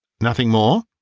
nothing more?